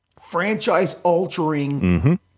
franchise-altering